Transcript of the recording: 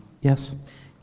Yes